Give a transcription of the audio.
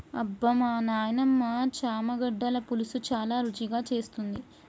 అబ్బమా నాయినమ్మ చామగడ్డల పులుసు చాలా రుచిగా చేస్తుంది